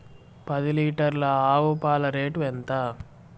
పది లీటర్ల ఆవు పాల రేటు ఎంత?